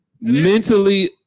Mentally